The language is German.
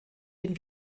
den